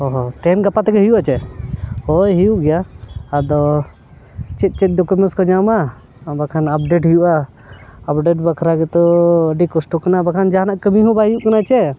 ᱚᱻ ᱦᱚᱸ ᱛᱮᱦᱮᱧ ᱜᱟᱯᱟ ᱛᱮᱜᱮ ᱦᱩᱭᱩᱜᱼᱟ ᱪᱮ ᱦᱳᱭ ᱦᱩᱭᱩᱜ ᱜᱮᱭᱟ ᱟᱫᱚ ᱪᱮᱫ ᱪᱮᱫ ᱰᱚᱠᱳᱢᱮᱱᱥ ᱠᱚ ᱧᱟᱢᱟ ᱵᱟᱠᱷᱟᱱ ᱟᱯᱰᱮᱴ ᱦᱩᱭᱩᱜᱼᱟ ᱟᱯᱰᱮᱴ ᱵᱟᱠᱷᱨᱟ ᱜᱮᱛᱚ ᱟᱹᱰᱤ ᱠᱚᱥᱴᱚ ᱠᱟᱱᱟ ᱵᱟᱠᱷᱟᱱ ᱡᱟᱦᱟᱱᱟᱜ ᱠᱟᱹᱢᱤ ᱦᱚᱸ ᱵᱟᱭ ᱦᱩᱭᱩᱜ ᱠᱟᱱᱟ ᱪᱮ